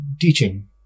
teaching